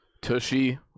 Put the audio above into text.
Tushy